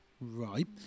Right